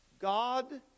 God